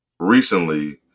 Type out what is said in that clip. recently